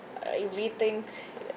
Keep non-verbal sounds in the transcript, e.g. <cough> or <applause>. uh rethink <noise>